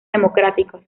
democráticos